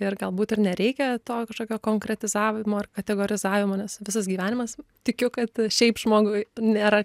ir galbūt ir nereikia to kažkokio konkretizavimo ar kategorizavimo nes visas gyvenimas tikiu kad šiaip žmogui nėra